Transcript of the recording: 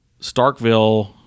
Starkville